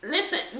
Listen